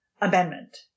amendment